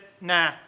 nah